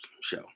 show